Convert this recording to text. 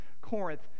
Corinth